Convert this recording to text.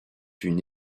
une